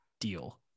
deal